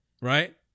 right